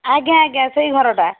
ଆଜ୍ଞା ଆଜ୍ଞା ସେହି ଘରଟା